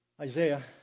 Isaiah